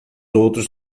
outros